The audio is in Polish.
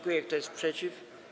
Kto jest przeciw?